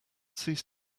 cease